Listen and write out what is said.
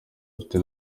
bafite